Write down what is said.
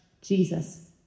Jesus